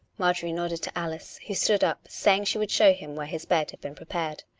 marjorie nodded to alice, who stood up, saying she would show him where his bed had been prepared.